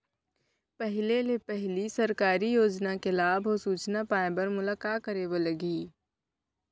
पहिले ले पहिली सरकारी योजना के लाभ अऊ सूचना पाए बर मोला का करे बर लागही?